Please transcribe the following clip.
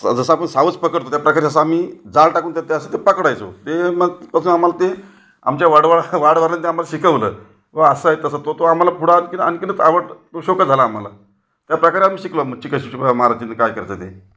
जं जसं आपण सावज पकडतो त्या प्रकारे असं आम्ही जाळं टाकून ते तसं ते पकडायचो ते मग तसं आम्हाला ते आमच्या वडवळ वाडवडिलांनं ते आम्हाला शिकवलं व असं आहे तसं तो तो आम्हाला पुढं आणखी आणखीनच आवडलं तो शौकच झाला आम्हाला त्याप्रकारे आम्ही शिकलो मच्छी कशी बुवा मारायची आणि काय करायचं ते